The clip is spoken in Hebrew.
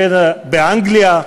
באנגליה,